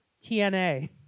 T-N-A